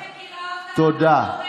תודה.